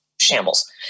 shambles